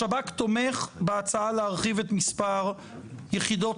השב"כ תומך בהצעה להרחיב את מספר יחידות